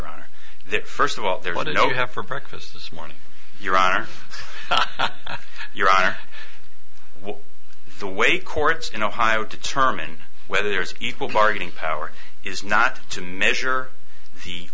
honor that first of all they want to know you have for breakfast this morning your honor your honor what the way courts in ohio determine whether there's equal bargaining power is not to measure the